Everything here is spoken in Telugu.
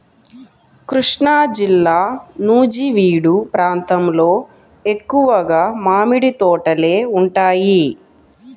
కృష్ణాజిల్లా నూజివీడు ప్రాంతంలో ఎక్కువగా మామిడి తోటలే ఉంటాయి